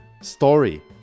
Story